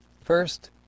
First